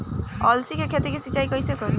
अलसी के खेती मे सिचाई कइसे करी?